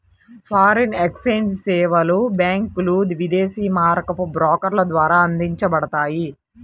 foreign exchange సేవలు బ్యాంకులు, విదేశీ మారకపు బ్రోకర్ల ద్వారా అందించబడతాయి